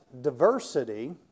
diversity